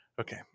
okay